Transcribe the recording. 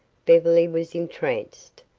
beverly was entranced.